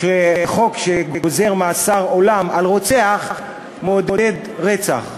שחוק שגוזר מאסר עולם על רוצח מעודד רצח.